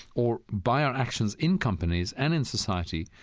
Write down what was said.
or by our actions in companies and in society,